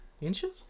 Inches